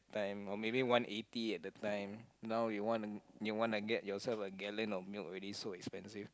time or maybe one eighty at a time now you one to get one gallon of milk also so expensive